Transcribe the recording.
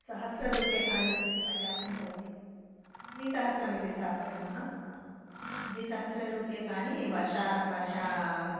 सहस्ररूप्यकाणि पर्याप्तं भवति द्विसहस्रमिति स्थापयामः द्विसहस्ररूप्यकाणि वर्षा वर्षात्